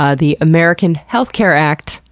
ah the american healthcare act,